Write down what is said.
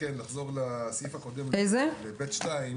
לחזור לסעיף הקודם (ב)(2),